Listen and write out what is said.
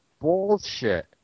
bullshit